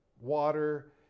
water